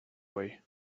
way